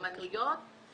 אומנויות.